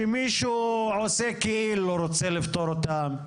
שמישהו עושה כאילו שהוא רוצה לפתור אותן.